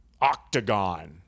octagon